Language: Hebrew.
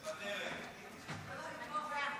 תודה רבה, אדוני היושב בראש.